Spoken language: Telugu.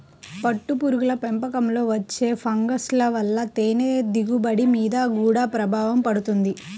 పట్టుపురుగుల పెంపకంలో వచ్చే ఫంగస్ల వలన తేనె దిగుబడి మీద గూడా ప్రభావం పడుతుంది